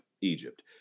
Egypt